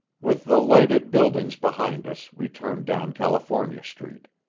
with the lighted buildings behind us we turned down california street.